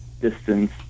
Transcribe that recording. distance